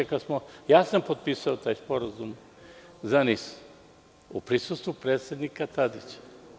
Ja sam po-tpisao taj sporazum za NIS, u prisustvu predsednika Tadića.